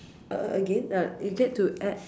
a~ a~ again uh you get to add